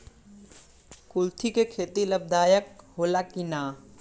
कुलथी के खेती लाभदायक होला कि न?